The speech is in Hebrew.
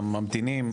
והממתינים,